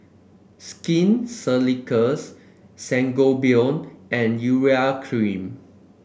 Skin Ceuticals Sangobion and Urea Cream